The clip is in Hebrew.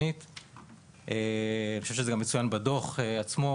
אני חושב שזה גם מצוין בדו"ח עצמו.